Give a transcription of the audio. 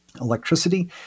electricity